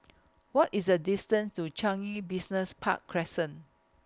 What IS The distance to Business Park Crescent